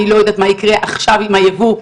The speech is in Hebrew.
אני לא יודעת מה יקרה עכשיו עם היבוא,